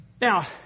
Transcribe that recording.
now